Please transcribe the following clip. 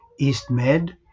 EastMed